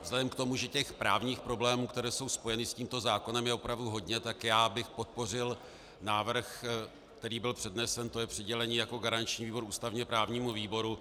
Vzhledem k tomu, že těch právních problémů, které jsou spojeny s tímto zákonem, je opravdu hodně, tak bych podpořil návrh, který byl přednesen, to je přidělení jako garančnímu výboru ústavněprávnímu výboru.